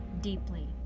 deeply